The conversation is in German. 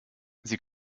sie